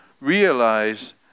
realize